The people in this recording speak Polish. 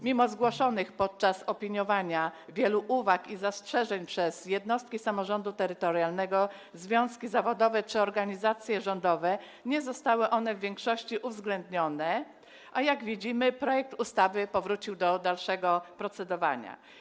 Mimo że podczas opiniowania zgłoszonych zostało wiele uwag i zastrzeżeń przez jednostki samorządu terytorialnego, związki zawodowe czy organizacje rządowe, nie zostały one w większości uwzględnione, a jak widzimy, projekt ustawy powrócił do dalszego procedowania.